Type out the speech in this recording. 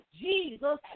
Jesus